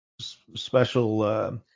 special